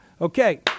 Okay